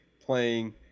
playing